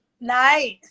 Nice